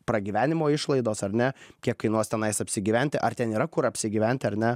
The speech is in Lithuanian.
pragyvenimo išlaidos ar ne kiek kainuos tenais apsigyventi ar ten yra kur apsigyventi ar ne